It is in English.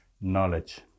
knowledge